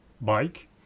bike